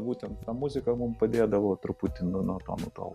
būtent ta muzika mum padėdavo truputį nu nuo to nutolt